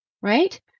Right